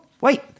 wait